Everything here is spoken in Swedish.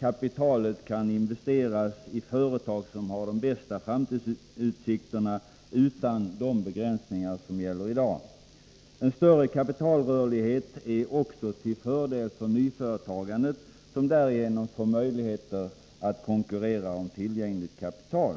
Kapitalet kan investeras i de företag som har de bästa framtidsutsikterna utan de begränsningar som gäller i dag. En större kapitalrörlighet är också till fördel för nyföretagandet, som därigenom får möjlighet att konkurrera om tillgängligt kapital.